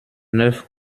neuf